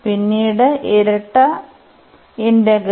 പിന്നീട് ഇരട്ട ഇന്റഗ്രൽ